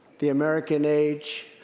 the american age,